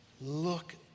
Look